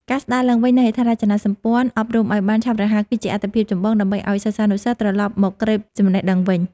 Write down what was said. ការស្តារឡើងវិញនូវហេដ្ឋារចនាសម្ព័ន្ធអប់រំឱ្យបានឆាប់រហ័ស គឺជាអាទិភាពចម្បងដើម្បីឱ្យសិស្សានុសិស្សត្រឡប់មកក្រេបចំណេះដឹងវិញ។